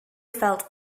felt